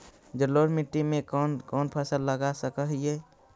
जलोढ़ मिट्टी में कौन कौन फसल लगा सक हिय?